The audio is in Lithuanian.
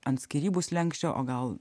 ant skyrybų slenksčio o gal